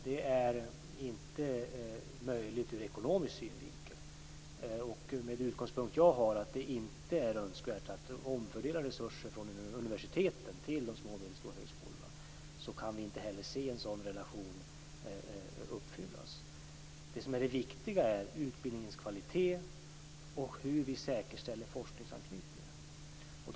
Det är inte möjligt ur ekonomisk synvinkel. Med den utgångspunkt jag har, att det inte är önskvärt att omfördela resurser från universiteten till de små och medelstora högskolorna, kan vi inte heller se en sådan relation uppfyllas. Det viktiga är utbildningens kvalitet och hur vi säkerställer forskningsanknytningen.